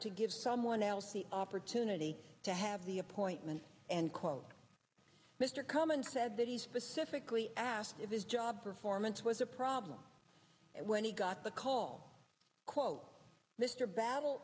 someone else the opportunity to have the appointment and quote mr coleman said that he specifically asked if his job performance as a problem when he got the call quote mr ba